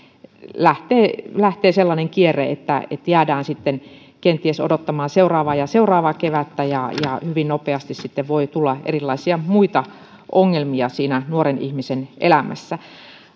lähtee lähtee sellainen kierre että että jäädään sitten kenties odottamaan seuraavaa ja seuraavaa kevättä ja hyvin nopeasti voi tulla erilaisia muita ongelmia siinä nuoren ihmisen elämässä